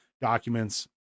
documents